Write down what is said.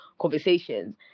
conversations